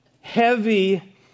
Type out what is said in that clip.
heavy